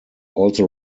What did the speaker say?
also